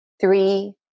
Three